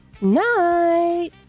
Night